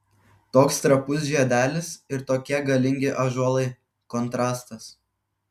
toks trapus žiedelis ir tokie galingi ąžuolai kontrastas